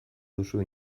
duzu